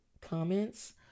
comments